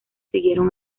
siguieron